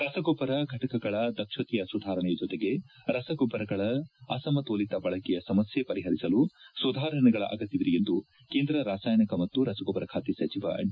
ರಸಗೊಬ್ಲರ ಘಟಕಗಳ ದಕ್ಷತೆಯ ಸುಧಾರಣೆ ಜೊತೆಗೆ ರಸಗೊಬ್ಲರಗಳ ಅಸಮತೋಲಿತ ಬಳಕೆಯ ಸಮಸ್ನೆ ಪರಿಹರಿಸಲು ಸುಧಾರಣೆಗಳ ಅಗತ್ಯವಿದೆ ಎಂದು ಕೇಂದ್ರ ರಾಸಾಯನಿಕ ಮತ್ತು ರಸಗೊಬ್ಲರ ಖಾತೆ ಸಚಿವ ಡಿ